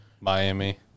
Miami